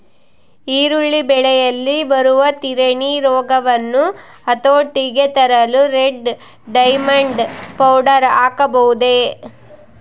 ಈರುಳ್ಳಿ ಬೆಳೆಯಲ್ಲಿ ಬರುವ ತಿರಣಿ ರೋಗವನ್ನು ಹತೋಟಿಗೆ ತರಲು ರೆಡ್ ಡೈಮಂಡ್ ಪೌಡರ್ ಹಾಕಬಹುದೇ?